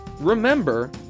Remember